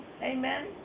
Amen